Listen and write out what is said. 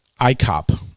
ICOP